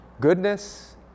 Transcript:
goodness